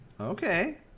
Okay